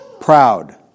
Proud